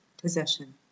possession